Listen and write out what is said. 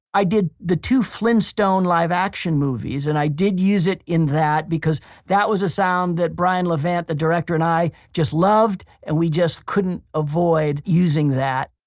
i did the two flintstone live action movies, and i did use that in that because that was a sound that brian levant, the director and i just loved. and we just couldn't avoid using that